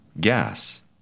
gas